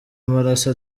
amaraso